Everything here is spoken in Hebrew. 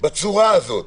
בצורה הזאת,